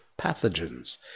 pathogens